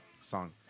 song